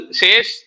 says